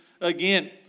again